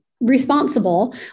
responsible